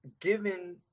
given